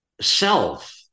self